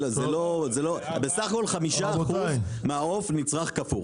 בסך הכל 5% מהעוף נצרך קפוא.